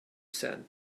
sand